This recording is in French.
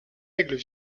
aigles